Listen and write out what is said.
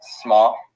small